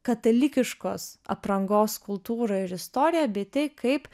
katalikiškos aprangos kultūrą ir istoriją bei tai kaip